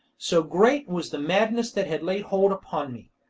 so great was the madness that had laid hold upon me.